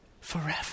forever